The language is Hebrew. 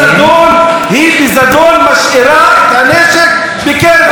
היא בזדון משאירה את הנשק בקרב האוכלוסייה הערבית.